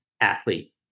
athlete